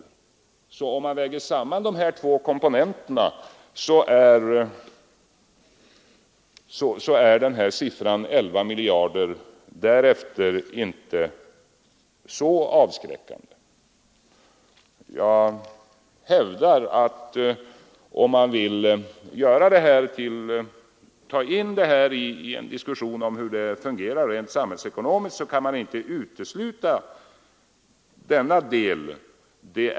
Om man tar hänsyn till dessa komponenter blir siffran 11 miljarder därefter inte så avskräckande. Jag hävdar att om man vill ta in detta i en diskussion om hur det fungerar rent samhällsekonomiskt, så kan man inte utesluta denna del.